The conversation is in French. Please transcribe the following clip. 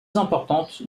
importante